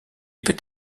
peut